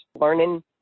Learning